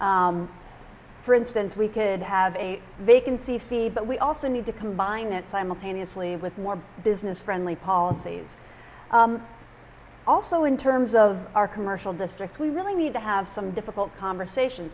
approach for instance we could have a vacancy fee but we also need to combine it simultaneously with more business friendly policies also in terms of our commercial districts we really need to have some difficult conversation